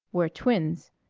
we're twins.